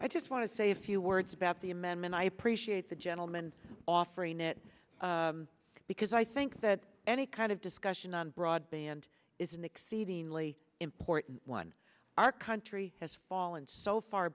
i just want to say a few words about the amendment i appreciate the gentleman offering it because i think that any kind of discussion on broadband is an exceedingly important one our country has fallen so far